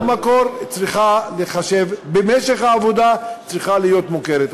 או מקור, במשך העבודה, צריכה להיות מוכרת.